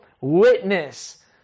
witness